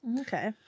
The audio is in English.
Okay